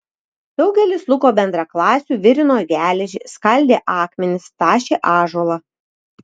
daugelis luko bendraklasių virino geležį skaldė akmenis tašė ąžuolą